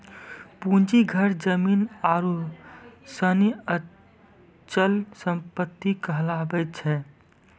पूंजी घर जमीन आरु सनी अचल सम्पत्ति कहलावै छै